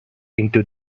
into